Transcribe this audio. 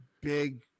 big